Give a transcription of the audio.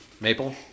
Maple